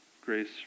Grace